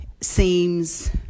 seems